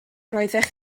roeddech